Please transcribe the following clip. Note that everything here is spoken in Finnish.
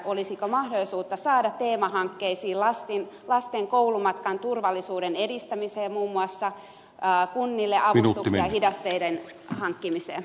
olisiko mahdollisuutta saada teemahankkeisiin lasten koulumatkan turvallisuuden edistämiseen muun muassa kunnille avustuksia hidasteiden hankkimiseen